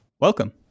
Welcome